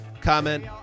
Comment